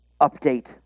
update